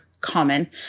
common